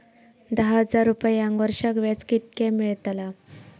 दहा हजार रुपयांक वर्षाक व्याज कितक्या मेलताला?